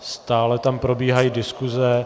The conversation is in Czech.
Stále tam probíhají diskuze.